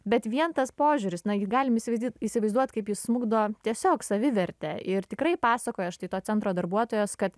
bet vien tas požiūris nagi galim įsivaizdit įsivaizduot kaip jis smukdo tiesiog savivertę ir tikrai pasakoja štai to centro darbuotojos kad